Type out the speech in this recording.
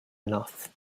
enough